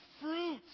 fruit